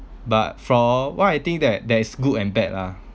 but from what I think that there is good and bad lah